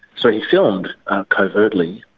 so he filmed covertly,